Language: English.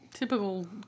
Typical